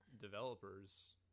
developers